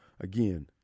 again